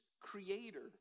creator